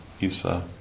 Isa